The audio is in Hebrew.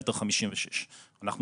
היא 1.56,